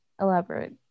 elaborate